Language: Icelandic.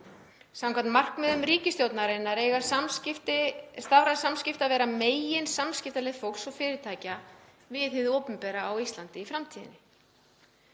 Samkvæmt markmiðum ríkisstjórnarinnar eiga stafræn samskipti að vera meginsamskiptaleið fólks og fyrirtækja við hið opinbera á Íslandi í framtíðinni.